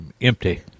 empty